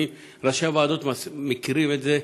ראשי הוועדות מכירים את זה,